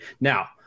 Now